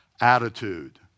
attitude